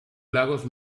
lagos